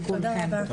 לכולכם.